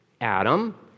Adam